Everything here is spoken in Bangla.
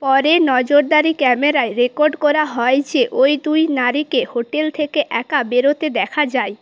পরে নজরদারি ক্যামেরায় রেকর্ড করা হয় যে ওই দুই নারীকে হোটেল থেকে একা বেরোতে দেখা যায়